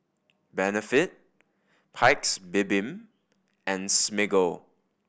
Benefit Paik's Bibim and Smiggle